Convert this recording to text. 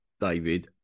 David